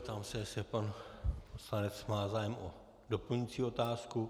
Ptám se, jestli pan poslanec má zájem o doplňující otázku.